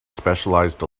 specialized